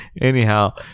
Anyhow